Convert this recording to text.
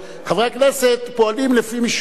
חברי הכנסת פועלים לפי משמעת.